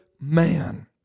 man